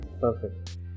Perfect